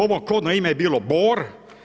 Ovo kodno ime je bilo bor.